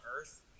Earth